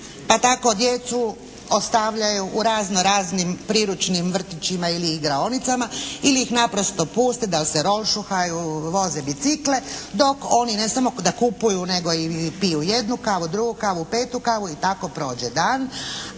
pa tako djecu ostavljaju u razno-raznim priručnim vrtićima ili igraonicama ili ih naprosto puste da se rošuhaju, voze bicikle dok oni ne samo da kupuju nego i piju jednu kavu, drugu kavu, petu kavu i tako prođe dan,